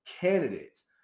Candidates